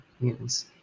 mutants